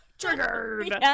Triggered